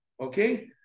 Okay